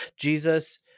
Jesus